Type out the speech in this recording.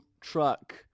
Truck